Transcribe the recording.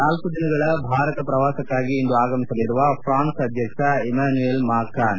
ನಾಲ್ಲು ದಿನಗಳ ಭಾರತ ಪ್ರವಾಸಕಾಗಿ ಇಂದು ಆಗಮಿಸಲಿರುವ ಪ್ರಾನ್ಸ್ ಅಧ್ಯಕ್ಷ ಇಮ್ಡಾನುಯೆಲ್ ಮಾಕ್ರಾನ್